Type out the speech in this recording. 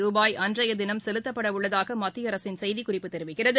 ரூபாய் அன்றைய தினம் செலுத்தப்பட உள்ளதாக மத்திய அரசின் செய்திக் குறிப்பு தெரிவிக்கிறது